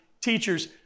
teachers